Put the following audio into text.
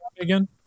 again